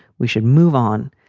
we should move on.